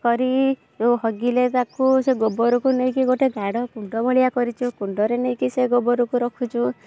କରି ଯେଉଁ ହଗିଲେ ତାକୁ ସେ ଗୋବରକୁ ନେଇକି ଗୋଟେ ଗାଡ଼ କୁଣ୍ଡ ଭଳିଆ କରିଛୁ କୁଣ୍ଡରେ ନେଇକି ସେ ଗୋବରକୁ ରଖୁଛୁ